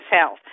health